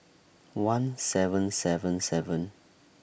one seven seven seven